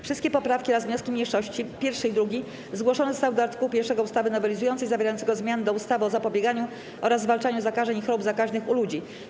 Wszystkie poprawki oraz wnioski mniejszości 1. i 2. zgłoszone zostały do art. 1 ustawy nowelizującej, zawierającego zmiany do ustawy o zapobieganiu oraz zwalczaniu zakażeń i chorób zakaźnych u ludzi.